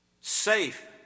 safe